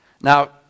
Now